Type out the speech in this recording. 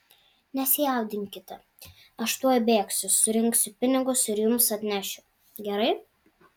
nesijaudinkite aš tuoj bėgsiu surinksiu pinigus ir jums atnešiu gerai